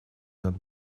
над